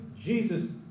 Jesus